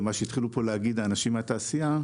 ומה שהתחילו פה להגיד האנשים מהתעשייה,